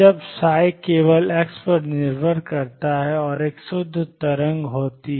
जब केवल x पर निर्भर करता है और एक शुद्ध तरंग होती है